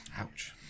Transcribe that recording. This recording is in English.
Ouch